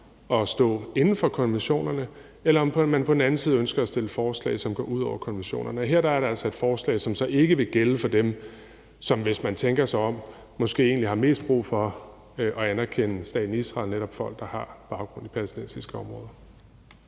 at stå inden for konventionerne, eller om man på den anden side ønsker at stille forslag, som går ud over konventionerne. Her er der altså et forslag, som så ikke vil gælde for dem, som – hvis man tænker sig om – måske egentlig har mest brug for at anerkende staten Israel, altså netop folk, der har baggrund i palæstinensiske områder.